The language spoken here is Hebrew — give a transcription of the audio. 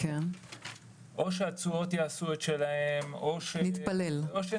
או שהתשואות יעשו את שלהן או שנתפלל.